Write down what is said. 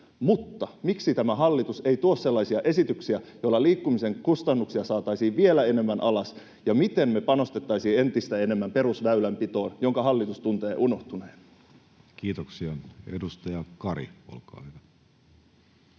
Mutta miksi tämä hallitus ei tuo sellaisia esityksiä, joilla liikkumisen kustannuksia saataisiin vielä enemmän alas ja millä me panostettaisiin entistä enemmän perusväylänpitoon, jonka hallitus tuntuu unohtaneen? Kiitoksia. — Edustaja Kari, olkaa hyvä.